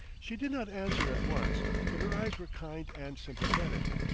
she did not answer at once but her eyes were kind and sympathetic.